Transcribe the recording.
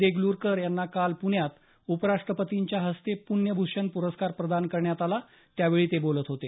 देगलूरकर यांना काल प्रण्यात उपराष्टपतींच्या हस्ते प्रण्यभूषण प्रस्कार प्रदान करण्यात आला त्यावेळी ते बोलत होते